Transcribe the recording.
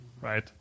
right